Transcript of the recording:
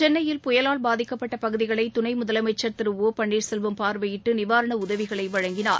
சென்னையில் புயலால் பாதிக்கப்பட்ட பகுதிகளை துனை முதலமைச்சர் திரு ஓ பன்ளீர்செல்வம் பார்வையிட்டு நிவாரண உதவிகளை வழங்கினார்